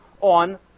on